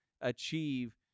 achieve